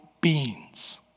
beings